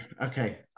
Okay